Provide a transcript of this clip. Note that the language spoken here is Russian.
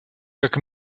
как